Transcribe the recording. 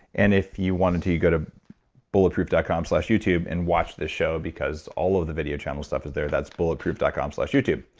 and if you want to, you go to bulletproof dot com slash youtube and watch this show because all of the video channel stuff is there. that's bulletproof dot com slash youtube.